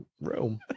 room